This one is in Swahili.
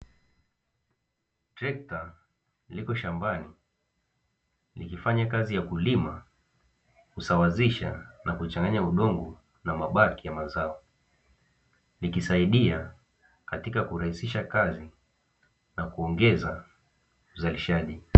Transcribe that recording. Trekta lipo shambani likifanya kazi ya kulima, kusawazisha na kuchanganya udongo na mabaki ya mazao. Likisaidia katika kurahisisha kazi na kuongeza uzalishaji.